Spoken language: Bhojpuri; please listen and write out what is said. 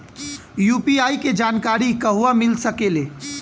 यू.पी.आई के जानकारी कहवा मिल सकेले?